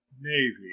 navy